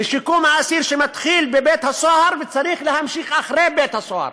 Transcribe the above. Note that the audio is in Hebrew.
שמתחיל בבית-הסוהר וצריך להמשיך אחרי בית-הסוהר,